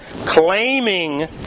claiming